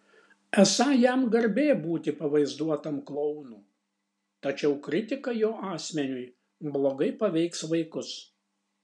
esą jam garbė būti pavaizduotam klounu tačiau kritika jo asmeniui blogai paveiks vaikus